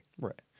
Right